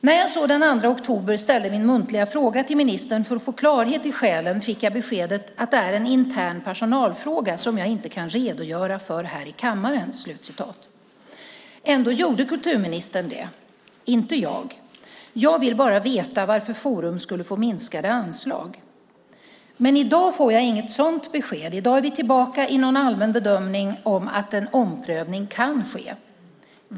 När jag den 2 oktober ställde en muntlig fråga till ministern för att få klarhet i skälen fick jag beskedet att det var en intern personalfråga som hon inte kunde redogöra för i kammaren. Ändå gjorde kulturministern det - inte jag. Jag ville bara veta varför Forum för levande historia skulle få minskade anslag. I dag får jag inget sådant besked. I dag är vi tillbaka i någon allmän bedömning om att en omprövning kan ske.